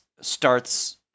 starts